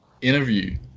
interview